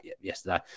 yesterday